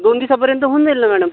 दोन दिवसापर्यंत होऊन जाईल ना मॅडम